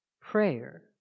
prayer